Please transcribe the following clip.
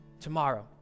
tomorrow